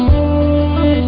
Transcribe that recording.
yeah